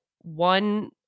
one